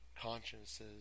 consciences